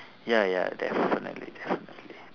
ya ya definitely definitely